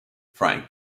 frank